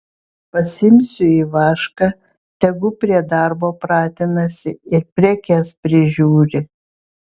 pasiimsiu ivašką tegu prie darbo pratinasi ir prekes prižiūri